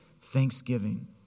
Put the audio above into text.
thanksgiving